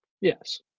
Yes